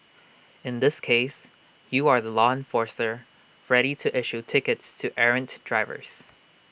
in this case you are the law enforcer ready to issue tickets to errant drivers